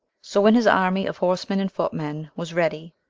so when his army of horsemen and footmen was ready,